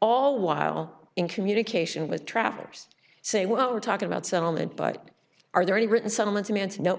all while in communication with travelers say well we're talking about settlement but are there any written settlements man